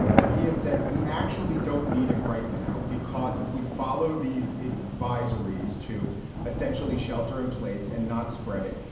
but he has said we actually don't need it right now, because if we follow these advisories to essentially shelter in place and not spread it,